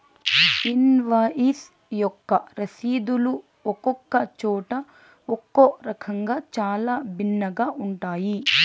invoice యొక్క రసీదులు ఒక్కొక్క చోట ఒక్కో రకంగా చాలా భిన్నంగా ఉంటాయి